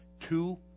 two